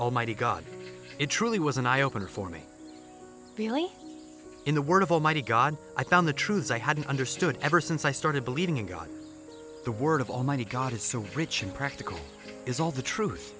almighty god it truly was an eye opener for me feeling in the word of almighty god i found the truth as i hadn't understood ever since i started believing in god the word of almighty god is so rich in practical is all the truth